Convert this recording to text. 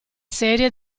serie